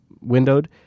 windowed